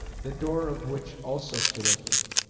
the door of which also stood open.